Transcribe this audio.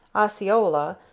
osceola,